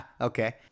Okay